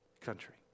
country